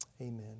Amen